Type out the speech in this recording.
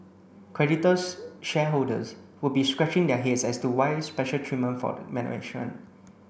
creditors shareholders would be scratching their heads as to why special treatment for the management